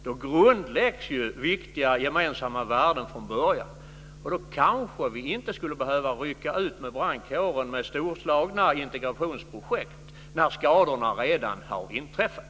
Då grundläggs viktiga gemensamma värden från början. Då kanske vi inte skulle behöva rycka ut med brandkåren med storslagna integrationsprojekt när skadorna redan har inträffat.